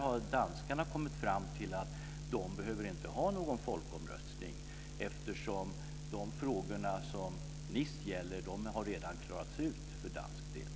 Men danskarna har kommit fram till att de inte behöver ha någon folkomröstning eftersom de frågor som Nice gäller redan har klarats ut för dansk del.